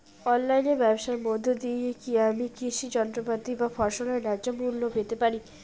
অনলাইনে ব্যাবসার মধ্য দিয়ে কী আমি কৃষি যন্ত্রপাতি বা ফসলের ন্যায্য মূল্য পেতে পারি?